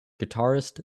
guitarist